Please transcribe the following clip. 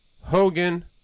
Hogan